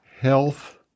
Health